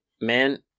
Man